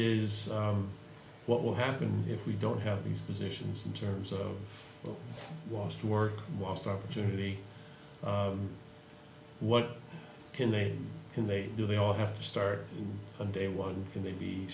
is what will happen if we don't have these positions in terms of lost work lost opportunity what can they can they do they all have to start on day one can they be